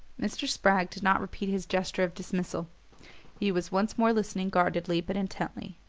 mr. spragg did not repeat his gesture of dismissal he was once more listening guardedly but intently.